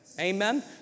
Amen